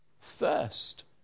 thirst